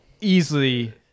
easily